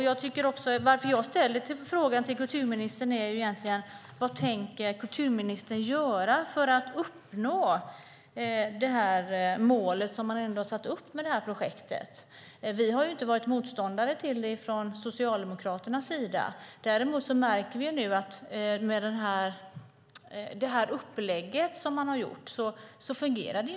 Att jag ställer frågan till kulturministern beror på att jag undrar vad hon tänker göra för att uppnå målet med projektet. Vi har inte varit motståndare till det från Socialdemokraternas sida. Däremot märker vi att detta upplägg inte fungerar.